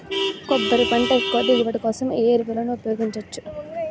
కొబ్బరి పంట ఎక్కువ దిగుబడి కోసం ఏ ఏ ఎరువులను ఉపయోగించచ్చు?